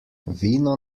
vino